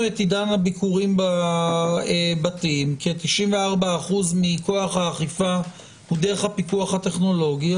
את עידן הביקורים בבתים כי 94% מכוח האכיפה הוא דרך הפיקוח הטכנולוגי.